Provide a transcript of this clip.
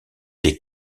des